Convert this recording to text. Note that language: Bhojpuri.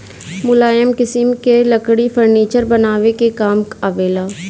मुलायम किसिम के लकड़ी फर्नीचर बनावे के काम आवेला